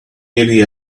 nearly